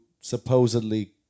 supposedly